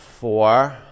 Four